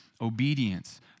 obedience